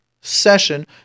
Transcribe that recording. Session